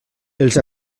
els